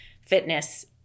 fitness